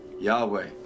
Yahweh